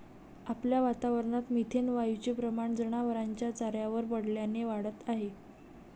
आपल्या वातावरणात मिथेन वायूचे प्रमाण जनावरांच्या चाऱ्यावर पडल्याने वाढत आहे